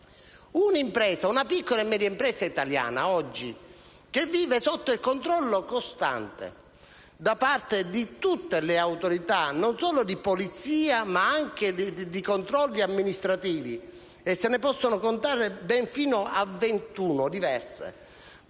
Una piccola e media impresa italiana oggi vive sotto il controllo costante di tutte le autorità, non solo di polizia, ma anche di controllo amministrativo: se ne possono contare fino a 21 diverse